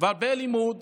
והרבה לימוד,